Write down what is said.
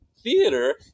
theater